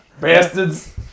bastards